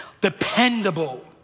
dependable